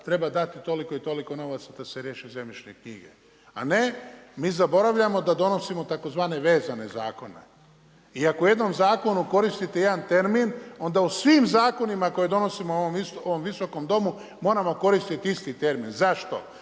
treba dati toliko i toliko novaca da se riješi zemljišnih knjiga. A ne, mi zaboravljamo, da donosimo, tzv. vezane zakone. I ako u jednoj zakonu koristite jedan termin, onda u svom zakonima koje donosimo u ovom Visokom domu, moramo koristiti isti termin. Zašto?